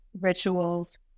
rituals